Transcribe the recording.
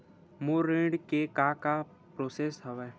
मोर ऋण के का का प्रोसेस हवय?